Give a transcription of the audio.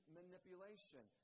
manipulation